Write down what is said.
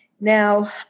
Now